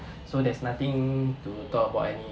so there's nothing to talk about any